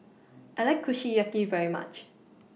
I like Kushiyaki very much